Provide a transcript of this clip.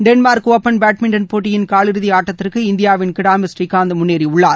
Denmark open badminton போட்டியின் காலிறதி ஆட்டத்திற்கு இந்தியாவின் கிடாம்பி ஸ்ரீகாந்த் முன்னேறியுள்ளார்